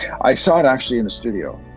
i saw it actually in the studio.